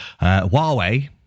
Huawei